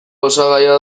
osagaia